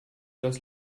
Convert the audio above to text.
das